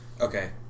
Okay